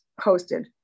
hosted